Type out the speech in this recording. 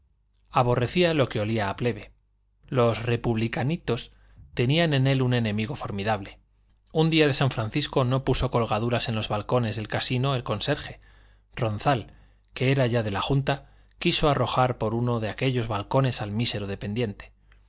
aborrecía lo que olía a plebe los republicanitos tenían en él un enemigo formidable un día de san francisco no puso colgaduras en los balcones del casino el conserje ronzal que era ya de la junta quiso arrojar por uno de aquellos balcones al mísero dependiente